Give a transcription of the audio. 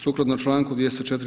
Sukladno čl. 204.